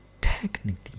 technically